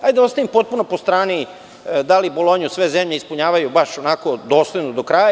Da ostavimo po strani da li Bolonju sve zemlje ispunjavaju baš onako dosledno, do kraja.